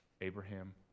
Abraham